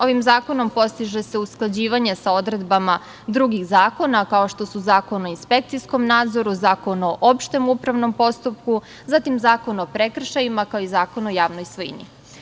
Ovim zakonom postiže se usklađivanje sa odredbama drugih zakona, kao što su Zakon o inspekcijskom nadzoru, Zakon o opštem upravnom postupku, zatim Zakon o prekršajima, kao i Zakon o javnoj svojini.